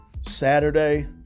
Saturday